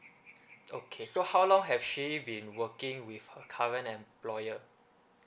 okay so how long has she been working with her current employer